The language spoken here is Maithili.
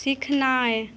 सिखनाइ